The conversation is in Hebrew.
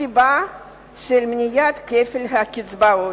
מסיבה של מניעת כפל קצבאות.